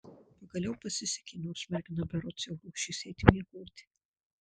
pagaliau pasisekė nors mergina berods jau ruošėsi eiti miegoti